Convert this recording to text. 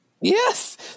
Yes